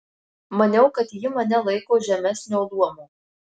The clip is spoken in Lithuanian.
maniau kad ji mane laiko žemesnio luomo